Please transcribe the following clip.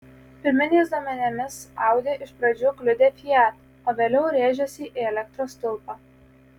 pirminiais duomenimis audi iš pradžių kliudė fiat o vėliau rėžėsi į elektros stulpą